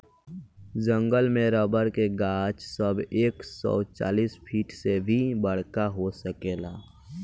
जंगल में रबर के गाछ सब एक सौ चालीस फिट से भी बड़का हो सकेला